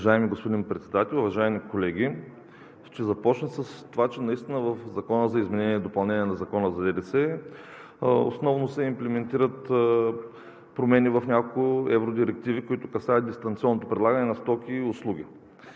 Уважаеми господин Председател, уважаеми колеги! Ще започна с това, че наистина в Закона за изменение и допълнение на Закона за ДДС основно се имплементират промени в няколко евродирективи, които касаят дистанционното предлагане на стоки и услуги.